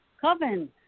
Coven